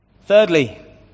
Thirdly